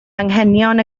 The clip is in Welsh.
anghenion